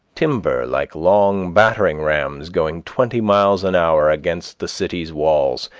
timber like long battering-rams going twenty miles an hour against the city's walls,